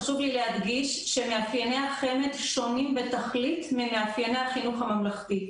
חשוב לי להדגיש שמאפייני החמ"ד שונים בתכלית ממאפייני החינוך הממלכתי.